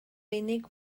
unig